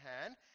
hand